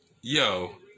Yo